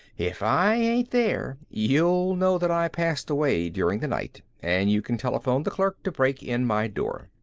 if i ain't there, you'll know that i passed away during the night, and you can telephone the clerk to break in my door.